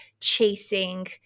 chasing